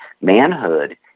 Manhood